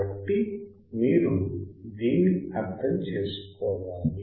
కాబట్టి మీరు దీన్ని అర్థం చేసుకోవాలి